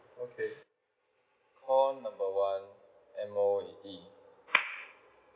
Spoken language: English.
call number one M_O_E